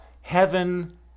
heaven